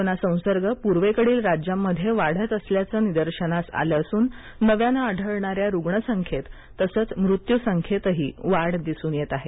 corona संसर्ग पूर्वेकडील राज्यांमध्ये वाढत असल्याचं निदर्शनास आलं असून नव्यानं आढळणाऱ्या रुग्ण संख्येत तसेच मृत्यू संख्येतही वाढ दिसून येत आहे